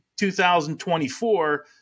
2024